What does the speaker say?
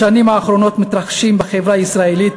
בשנים האחרונות מתרחשים בחברה הישראלית